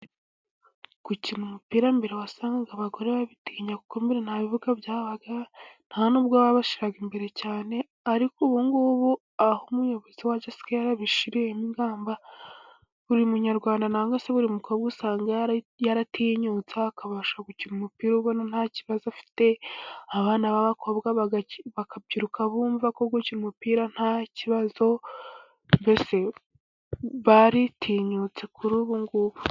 Gukina umupira mbere wasanga abagore babitinya, kuko mbere nta bibuga byahabaga nta nubwo babishyiraga imbere cyane, ariko ubu ngubu aho umuyobozi wacu asigaye yarabishiriyemo ingamba buri munyarwanda, cyagwa buri mukobwa usanga yaratinyutse akabasha gukina umupira ubona nta kibazo afite, abana b'abakobwa bakabyiruka bumva ko gukina umupira nta kibazo, mbese baritinyutse kuri ubu ngubu.